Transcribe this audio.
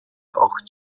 auch